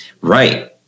right